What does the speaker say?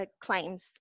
Claims